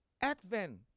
Advent